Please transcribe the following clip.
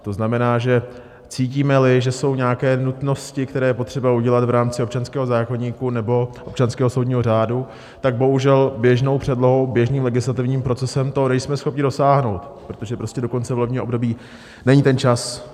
To znamená, že cítímeli, že jsou nějaké nutnosti, které je potřeba udělat v rámci občanského zákoníku nebo občanského soudního řádu, tak bohužel běžnou předlohou, běžným legislativním procesem toho nejsme schopni dosáhnout, protože prostě do konce volebního období není čas.